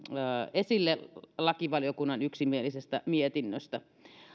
esille lakivaliokunnan yksimielisestä mietinnöstä